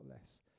less